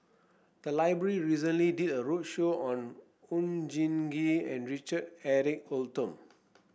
the library recently did a roadshow on Oon Jin Gee and Richard Eric Holttum